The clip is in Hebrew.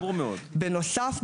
בנוסף,